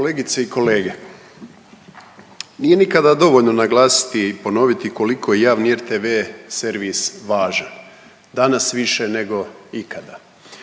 Kolegice i kolege, nije nikada dovoljno naglasiti i ponoviti koliko je javni rtv servis važan, danas više nego ikada.